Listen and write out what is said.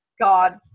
God